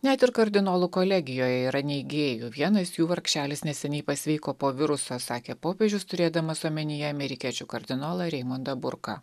net ir kardinolų kolegijoje yra neigėjų vienas jų vargšelis neseniai pasveiko po viruso sakė popiežius turėdamas omenyje amerikiečių kardinolą reimondą burką